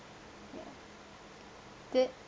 ya tha~